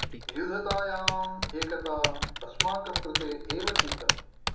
विविधतायाम् एकता अस्माकं कृते एव चिन्तनम्